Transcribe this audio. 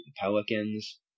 Pelicans